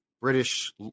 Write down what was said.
British